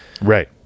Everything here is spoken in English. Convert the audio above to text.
Right